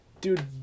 Dude